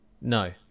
No